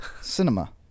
cinema